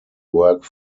work